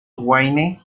wayne